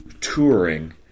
touring